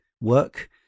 work